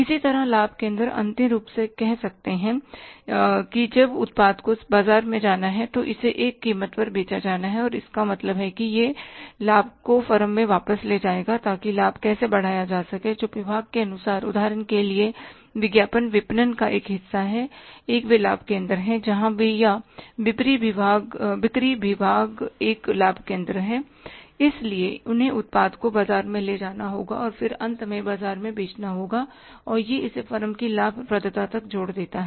इसी तरह लाभ केंद्र अंतिम रूप से कह सत्य है कि जब उत्पाद को बाजार में जाना है और इसे एक कीमत पर बेचा जाना है तो इसका मतलब है कि यह लाभ को फर्म में वापस लाएगा ताकि लाभ कैसे बढ़ाया जा सके जो विभाग के अनुसार उदाहरण के लिए विज्ञापन विपणन का एक हिस्सा है एक वे लाभ केंद्र हैं जहां वे या बिक्री विभाग एक लाभ केंद्र है इसलिए उन्हें उत्पाद को बाजार में ले जाना होगा और फिर अंत में बाजार में बेचना होगा और यह इसे फर्म की लाभप्रदता तक जोड़ देता है